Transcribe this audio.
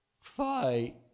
fight